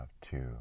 two